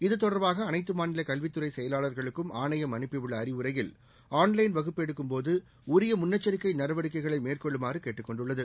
இத்தொடர்பாக அனைத்து மாநில கல்வித்துறை செயலாளர்களுக்கும் ஆணையம் அனுப்பியுள்ள அறிவுரையில் ஆன் லைன் வகுப்பு எடுக்கும் போது உரிய முன்னெச்சரிக்கை நடவடிக்கைகளை மேற்கொள்ளுமாறு கேட்டுக் கொண்டுள்ளது